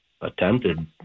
attempted